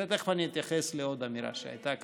ותכף אני אתייחס לעוד אמירה שהייתה כאן,